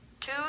Two